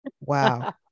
Wow